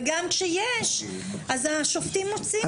וגם כשיש, אז השופטים מוצאים אותם בלי עונש.